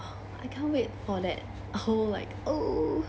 I can't wait for that whole like oh